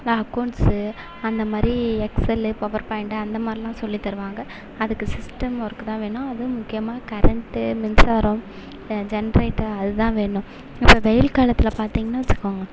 accounts அந்த மாதிரி excel power point அந்த மாதிரிலாம் சொல்லி தருவாங்க அதுக்கு சிஸ்டம் ஒர்க்கு தான் வேணும் அதுவும் முக்கியமாக கரண்ட்டு மின்சாரம் ஜென்ரேட்டர் அது தான் வேணும் இப்போ வெயில் காலத்தில் பார்த்திங்கன்னா வச்சுக்கோங்க